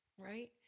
right